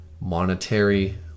monetary